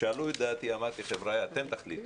שאלו את דעתי, אמרתי: חברי'ה, אתם תחליטו.